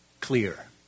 clear